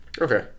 Okay